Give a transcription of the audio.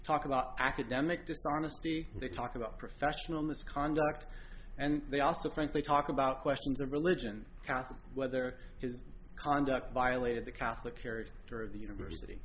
talk about academic dishonesty they talk about professional misconduct and they also frankly talk about questions of religion catholic whether his conduct violated the catholic character of the university